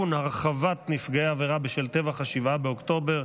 הרחבת נפגעי עבירה בשל טבח ה-7 באוקטובר),